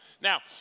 Now